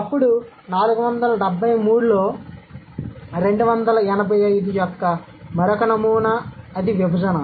అప్పుడు 473లో 285 యొక్క మరొక నమూనా అది విభజన